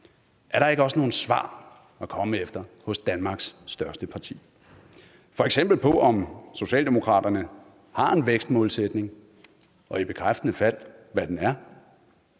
Er der ikke også nogle svar at komme efter hos Danmarks største parti? F.eks. svar på, om Socialdemokratiet har en vækstmålsætning, og i bekræftende fald, hvad den er;